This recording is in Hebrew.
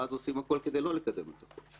ואז עושים הכול כדי לא לקדם אותו.